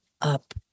up